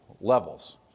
levels